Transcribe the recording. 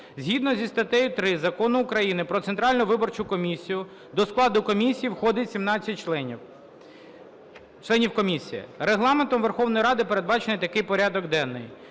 Згідно зі статтею 3 Закону України "Про Центральну виборчу комісію" до складу комісії входить 17 членів комісії. Регламентом Верховної Ради передбачений такий порядок денний: